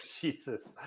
Jesus